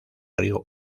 río